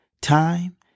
Time